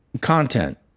content